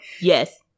Yes